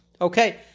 Okay